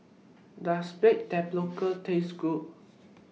Does Baked Tapioca Taste Good